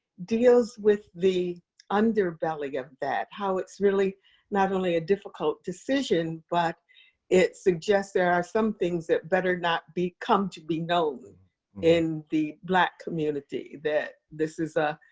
deals with the underbelly of that. how it's really not only a difficult decision, but it suggests there are some things that better not come to be known in the black community. that this is a,